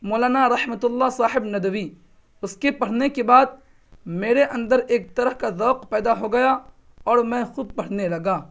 مولانا رحمت اللّہ صاحب ندوی اس کے پڑھنے کے بعد میرے اندر ایک طرح کا ذوق پیدا ہو گیا اور میں خود پڑھنے لگا